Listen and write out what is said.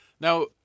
Now